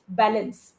balance